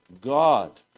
God